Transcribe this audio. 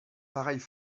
pareille